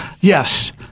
Yes